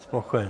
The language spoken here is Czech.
Spokojen.